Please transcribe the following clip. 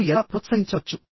మీరు ఎలా ప్రోత్సహించవచ్చు